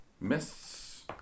Miss